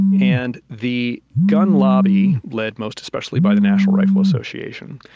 and the gun lobby, led most especially by the national rifle association,